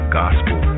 gospel